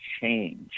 change